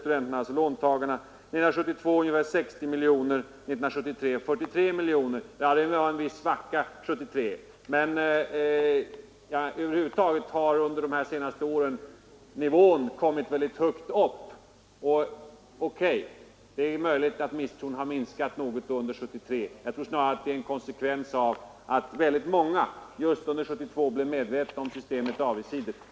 1972 var det 60 miljoner och 1973 var det 43 miljoner. Det var en viss svacka 1973, men över huvud taget har under de senaste åren nivån kommit väldigt högt upp. O.K., det är möjligt att misstron mot systemet minskat något under 1973, men jag tror snarare att det är en konsekvens av att många just under 1972 blev medvetna om systemets avigsidor.